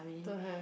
don't have